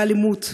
באלימות,